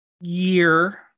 year